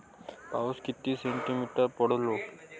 पाऊस किती सेंटीमीटर पडलो?